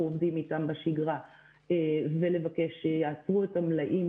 עובדים איתם בשגרה ולבקש שיעשו את המלאים,